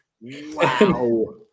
Wow